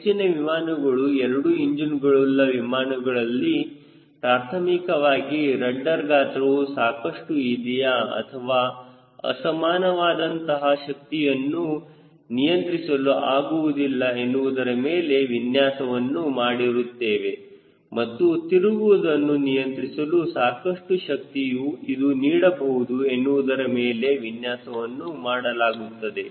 ಹೆಚ್ಚಿನ ವಿಮಾನಗಳು ಎರಡು ಇಂಜಿನ್ಗಳುಳ್ಳ ವಿಮಾನಗಳನ್ನು ಪ್ರಾಥಮಿಕವಾಗಿ ರಡ್ಡರ್ ಗಾತ್ರವು ಸಾಕಷ್ಟು ಇದೆಯಾ ಅಥವಾ ಅಸಮಾನವಾದಂತಹ ಶಕ್ತಿಯನ್ನು ನಿಯಂತ್ರಿಸಲು ಆಗುವುದಿಲ್ಲ ಎನ್ನುವುದರ ಮೇಲೆ ವಿನ್ಯಾಸವನ್ನು ಮಾಡಿರುತ್ತೇವೆ ಮತ್ತು ತಿರುಗುವುದನ್ನು ನಿಯಂತ್ರಿಸಲು ಸಾಕಷ್ಟು ಶಕ್ತಿಯು ಇದು ನೀಡಬಹುದು ಎನ್ನುವುದರ ಮೇಲೆ ವಿನ್ಯಾಸವನ್ನು ಮಾಡಲಾಗುತ್ತದೆ